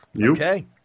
Okay